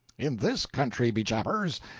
in this country, be jabers,